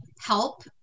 help